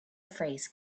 phrase